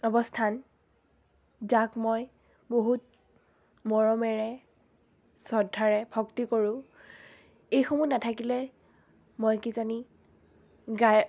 অৱস্থান যাক মই বহুত মৰমেৰে শ্ৰদ্ধাৰে ভক্তি কৰোঁ এইসমূহ নাথাকিলে মই কিজানি গায়